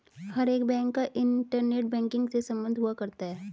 हर एक बैंक का internet banking से सम्बन्ध हुआ करता है